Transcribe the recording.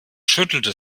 schüttelte